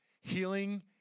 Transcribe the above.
healing